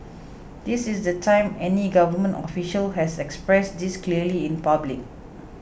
this is the time any government official has expressed this clearly in public